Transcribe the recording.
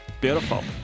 Beautiful